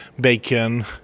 bacon